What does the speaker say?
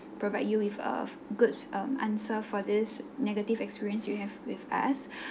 provide you with a good um answer for this negative experience you have with us